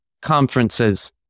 conferences